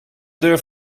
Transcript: deur